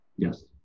Yes